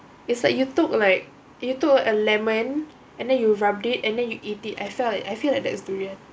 it's like you took like you took a lemon and then you rubbed it and then you eat it I felt like I feel like that is durian